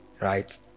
right